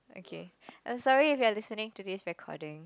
okay I'm sorry if you're listening to this recording